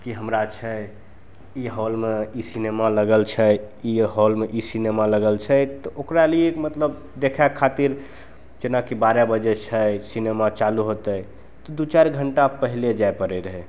कि हमरा छै ई हॉलमे ई सिनेमा लागल छै ई हॉलमे ई सिनेमा लागल छै तऽ ओकरा लिए मतलब देखै खातिर जेनाकि बारह बजै छै सिनेमा चालू होतै दुइ चारि घण्टा पहिले जाइ पड़ै रहै